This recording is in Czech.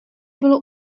bylo